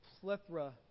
plethora